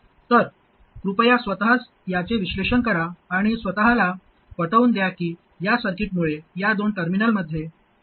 तर कृपया स्वतःच याचे विश्लेषण करा आणि स्वत ला पटवून द्या की या सर्किटमुळे या दोन टर्मिनल्समध्ये दिसणारा रेसिस्टन्स 1 gm आहे